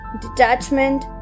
detachment